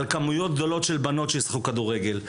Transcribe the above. על כמויות גדולות של בנות שישחקו כדורגל,